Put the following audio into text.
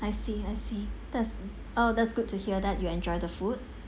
I see I see that's oh that's good to hear that you enjoy the food